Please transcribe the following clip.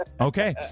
Okay